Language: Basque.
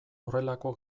horrelako